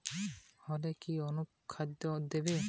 আলুর পাতা ফেকাসে ছোপদাগ হলে কি অনুখাদ্য দেবো?